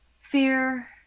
fear